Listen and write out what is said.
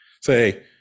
say